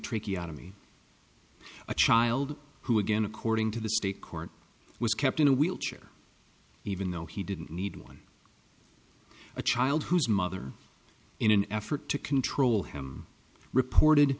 tracheotomy a child who again according to the state court was kept in a wheelchair even though he didn't need one a child whose mother in an effort to control him reported